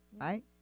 Right